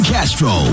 Castro